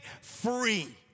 free